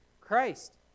Christ